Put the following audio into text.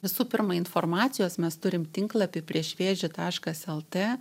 visų pirma informacijos mes turim tinklapį prieš vėžį taškas lt